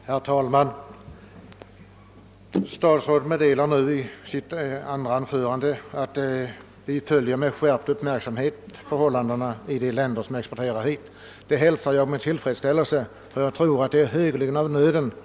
Herr talman! Statsrådet Holmqvist meddelar nu i sitt andra anförande, att vi med skärpt uppmärksamhet följer förhållandena i de länder som exporterar grönsaker och andra livsmedelsprodukter hit. Detta hälsar jag med stor tillfredsställelse, eftersom jag anser att en sträng kontroll är högeligen av nöden.